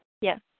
Yes